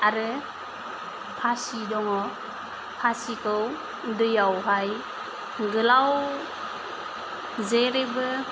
आरो फासि दङ फासिखौ दैआवहाय गोलाव जेरैबो